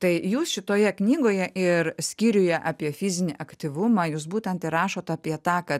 tai jūs šitoje knygoje ir skyriuje apie fizinį aktyvumą jūs būtent ir rašot apie tą kad